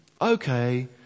Okay